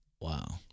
Wow